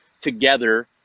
together